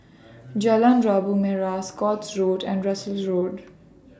Jalan Labu Merah Scotts Road and Russels Road